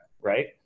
right